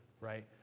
right